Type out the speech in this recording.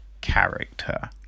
character